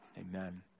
Amen